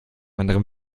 anderen